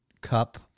cup